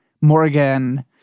Morgan